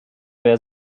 wer